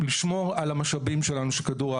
כל שקית נשיאה מחויבת בתשלום,